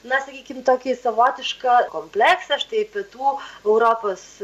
na sakykim tokį savotišką kompleksą štai pietų europos